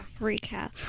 recap